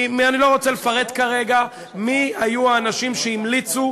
ואני לא רוצה לפרט כרגע מי היו האנשים שהמליצו,